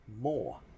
more